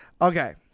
Okay